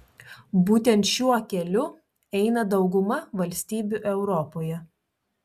būtent šiuo keliu eina dauguma valstybių europoje